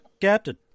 captain